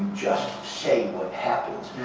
just saying what happens.